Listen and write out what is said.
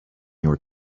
your